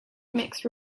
mixed